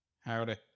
Howdy